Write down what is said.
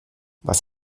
was